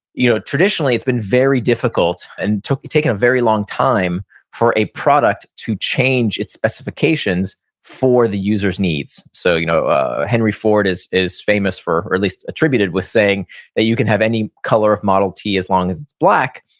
you know traditionally it's been very difficult and taken a very long time for a product to change its specifications for the user's needs. so you know henry ford is is famous for, or at least attributed with, saying that you can have any color of model t as long as it's black.